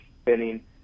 spinning